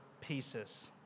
pieces